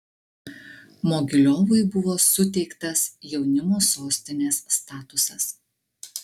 mogiliovui buvo suteiktas jaunimo sostinės statusas